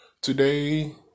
today